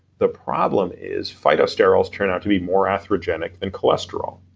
the problem is phytosterols turn out to be more atherogenic than cholesterol.